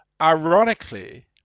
Ironically